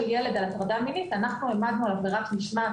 ילד על הטרדה מינית אנחנו העמדנו על עבירת משמעת,